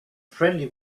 friendly